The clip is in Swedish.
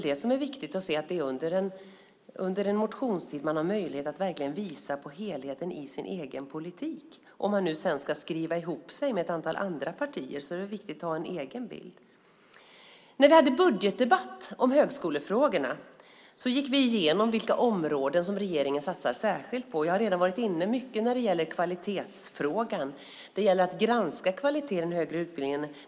Men det är under en motionstid man har möjlighet att verkligen visa helheten i sin egen politik. Om man sedan ska skriva ihop sig med ett antal andra partier är det väl viktigt att ha en egen bild. När det var budgetdebatt om högskolefrågorna gick vi igenom vilka områden som regeringen satsar särskilt på. Jag har redan varit inne på kvalitetsfrågan mycket. Det gäller att granska kvaliteten i den högre utbildningen.